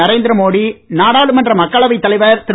நரேந்திர மோடி நாடாளுமன்ற மக்களவைத் தலைவர் திரு